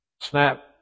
snap